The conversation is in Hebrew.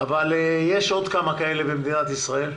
יש עוד כמה כאלה במדינת ישראל,